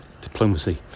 diplomacy